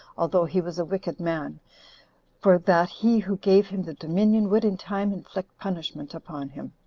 although he was a wicked man for that he who gave him the dominion would in time inflict punishment upon him.